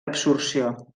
absorció